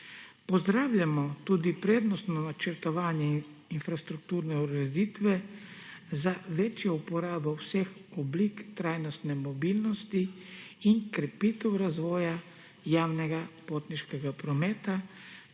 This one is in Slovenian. Pozdravljamo tudi prednostno načrtovanje infrastrukturne ureditve za večjo uporabo vseh oblik trajnostne mobilnosti in krepitev razvoja javnega potniškega prometa